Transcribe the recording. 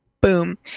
boom